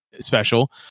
special